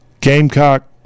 Gamecock